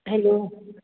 hello